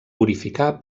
purificar